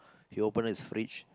he open his fridge